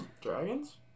Dragons